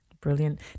brilliant